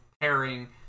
pairing